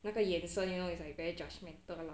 那个眼神 you know it's like very judgemental lah